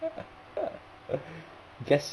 guess